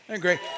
Great